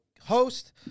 host